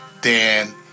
Dan